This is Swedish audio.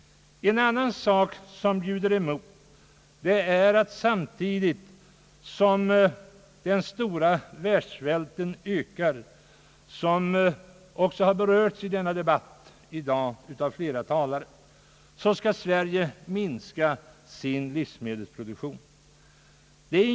En annan sak som bjuder emot är alt samtidigt som den stora världssvälten ökar skall Sverige minska sin livsmedelsproduktion, vilket också har berörts i dagens debatt av flera talare.